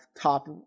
top